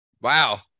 wow